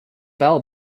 bell